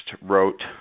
wrote